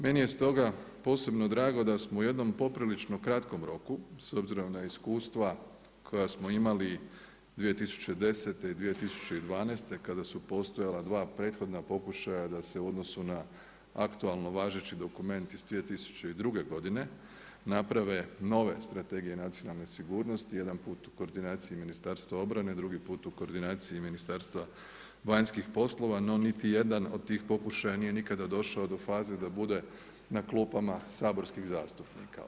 Meni je stoga posebno drago da smo u jednom poprilično kratkom roku, s obzirom na iskustva koja smo imali 2010. i 2012. kada su postojala dva prethodna pokušaja da se u odnosu na aktualno važeći dokument iz 2002. godine naprave nove strategije nacionalne sigurnosti, jedanput u koordinaciji Ministarstva obrane, drugi put u koordinaciji Ministarstva vanjskih poslova no niti jedan od tih pokušaja nije nikada došao do faze da bude na klupama saborskih zastupnika.